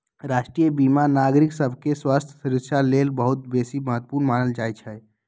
राष्ट्रीय बीमा नागरिक सभके स्वास्थ्य सुरक्षा लेल बहुत बेशी महत्वपूर्ण मानल जाइ छइ